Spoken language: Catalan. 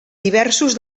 diversos